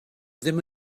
ddim